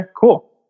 cool